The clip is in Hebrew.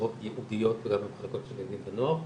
הכשרות ייעודיות גם במחלקות של ילדים ונוער בנושא.